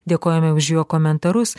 dėkojame už jo komentarus